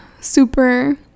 super